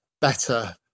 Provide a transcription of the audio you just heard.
better